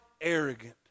arrogant